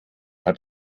hat